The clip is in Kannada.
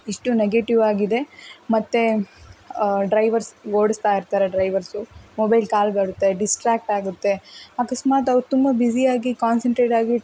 ಇಷ್ಟು ನೆಗೆಟಿವ್ ಆಗಿದೆ ಮತ್ತು ಡ್ರೈವರ್ಸ್ ಓಡಿಸ್ತಾ ಇರ್ತಾರೆ ಡ್ರೈವರ್ಸು ಮೊಬೈಲ್ ಕಾಲ್ ಬರುತ್ತೆ ಡಿಸ್ಟ್ರಾಕ್ಟ್ ಆಗತ್ತೆ ಅಕಸ್ಮಾತ್ ಅವ್ರು ತುಂಬ ಬಿಝಿಯಾಗಿ ಕಾನ್ಸಂಟ್ರೇಟ್ ಆಗಿ